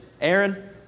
Aaron